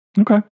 Okay